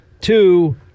Two